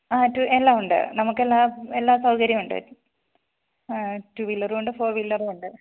ആ റ്റു എല്ലാം ഉണ്ട് നമുക്ക് എല്ലാ സൗകര്യവും ഉണ്ട് റ്റൂ വീലറുണ്ട് ഫോർ വീലറുണ്ട് ഉണ്ട്